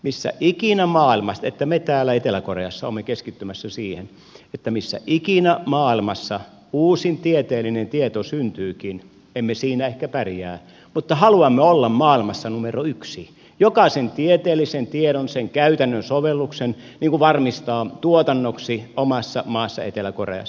isä ei ikinä maailma että me täällä etelä koreassa olemme keskittymässä siihen että missä ikinä maailmassa uusin tieteellinen tieto syntyykin emme siinä ehkä pärjää mutta haluamme olla maailmassa numero yksi ja jokaisen tieteellisen tiedon sen käytännön sovelluksen varmistaa tuotannoksi omassa maassa etelä koreassa